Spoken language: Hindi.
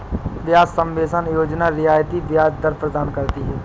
ब्याज सबवेंशन योजना रियायती ब्याज दर प्रदान करती है